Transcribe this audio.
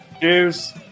Cheers